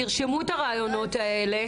תרשמו את הרעיונות האלה.